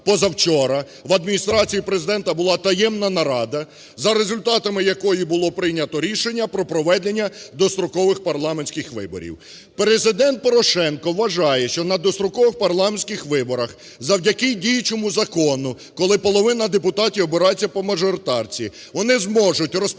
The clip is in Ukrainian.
вчора-позавчора в Адміністрації Президента була таємна нарада, за результатами якої було прийнято рішення про проведення дострокових парламентських виборів. Президент Порошенко вважає, що на дострокових парламентських виборах, завдяки діючому закону, коли половина депутатів обирається по мажоритарці, вони зможуть, розписали